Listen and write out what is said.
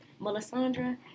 Melisandre